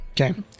Okay